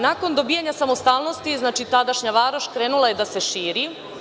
Nakon dobijanja samostalnosti, znači, tadašnja varoš krenula je da se širi.